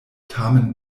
tamen